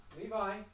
Levi